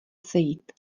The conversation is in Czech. sejít